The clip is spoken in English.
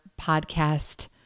podcast